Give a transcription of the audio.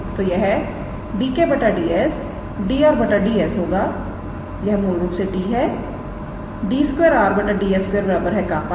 तो यह 𝑑𝑘 𝑑𝑠 𝑑𝑟⃗ 𝑑𝑠 होगा यह मूल रूप से t है 𝑑 2𝑟 𝑑𝑠 2 𝜅𝑛̂